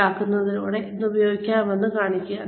ഇത് എങ്ങനെ പ്രയോഗിക്കാമെന്ന് അവരെ കാണിക്കുക